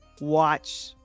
watch